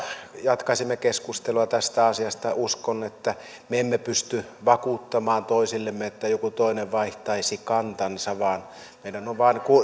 jatkaisimme keskustelua tästä asiasta uskon että me emme pysty vakuuttamaan toisiamme niin että joku toinen vaihtaisi kantansa vaan meidän on